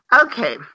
Okay